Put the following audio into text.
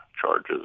charges